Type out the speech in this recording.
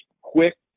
quick